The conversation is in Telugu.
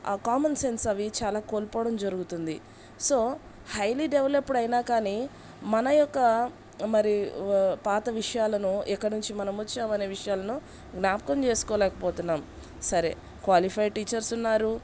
ఆ కామన్ సెన్స్ అవి చాలా కోల్పోవడం జరుగుతుంది సో హైలీ డెవలప్డ్ అయినా కానీ మన యొక్క మరి పాత విషయాలను ఎక్కడినుంచి మన మొచ్చామని విషయాలను జ్ఞాపకం చేసుకోలేకపోతున్నాము సరే క్వాలిఫైడ్ టీచర్స్ ఉన్నారు